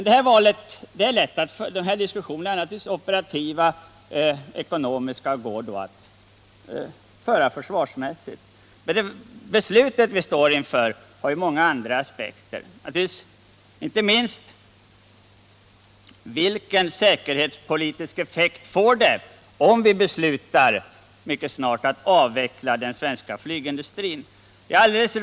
Den här operativa och ekonomiska diskussionen går också att föra försvarsmässigt. Det beslut vi står inför har många andra aspekter, och då inte minst: Vilken säkerhetspolitisk effekt får det om vi beslutar att avveckla den svenska flygindustrin?